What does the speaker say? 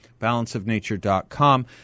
balanceofnature.com